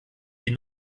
die